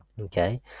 Okay